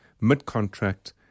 mid-contract